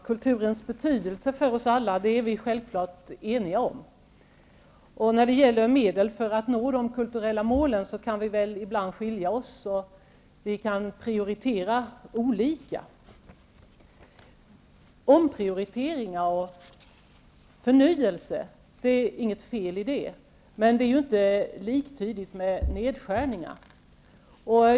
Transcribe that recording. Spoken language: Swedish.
Herr talman! Vi är självfallet eniga om kulturens betydelse för oss alla. När det gäller medel för att nå de kulturella målen kan vi väl ibland prioritera olika. Omprioriteringar och förnyelse är det inget fel i, men det är inte liktydigt med nedskärningar.